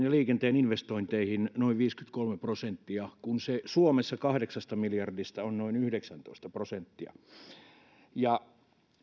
ja liikenteen investointeihin noin viisikymmentäkolme prosenttia kun se suomessa kahdeksasta miljardista on noin yhdeksäntoista prosenttia